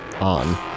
On